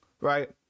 right